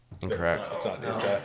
Incorrect